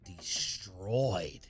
destroyed